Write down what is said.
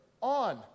on